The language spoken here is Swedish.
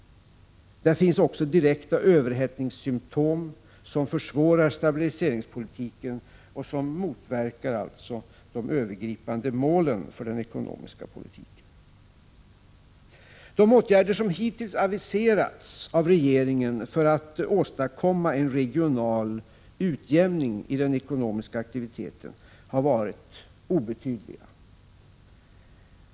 Där finns också direkta överhettningssymtom, som försvårar stabiliseringspolitiken och motverkar övergripande mål för den ekonomiska politiken. De åtgärder som hittills aviserats av regeringen för att åstadkomma en regional utjämning i den ekonomiska aktiviteten har varit obetydliga.